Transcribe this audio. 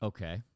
Okay